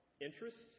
interests